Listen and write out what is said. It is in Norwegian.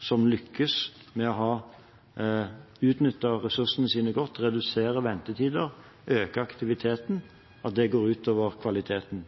som lykkes med å ha utnyttet ressursene godt, redusert ventetider og økt aktiviteten, går ut over kvaliteten.